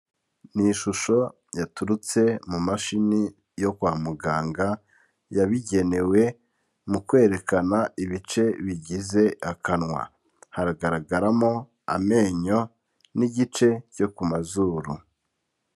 Ni ishusho yaturutse mu mashini yo kwa muganga yabigenewe mu kwerekana ibice bigize akanwa, haragaragaramo amenyo n'igice cyo ku mazuru.